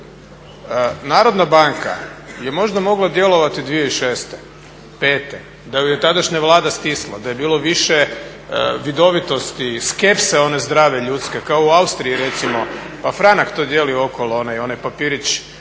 ponoviti, HNB je možda mogla djelovati 2006., 2005.da ju je tadašnja vlada stisla, da je bilo više vidovitosti, skepse one zdrave ljudske kao u Austriji recimo. Pa Franak to dijeli okolo onaj papirić